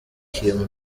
kim